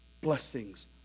blessings